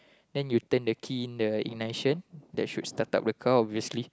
then you turn the key in the ignition that should start up the car obviously